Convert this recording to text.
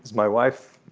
my wife